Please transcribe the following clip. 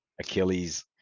achilles